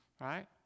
right